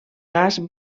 gas